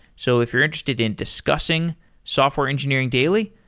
so, if you're interested in discussing software engineering daily,